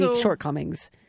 shortcomings